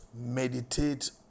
meditate